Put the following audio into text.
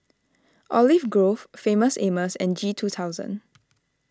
Olive Grove Famous Amos and G two thousand